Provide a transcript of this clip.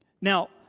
Now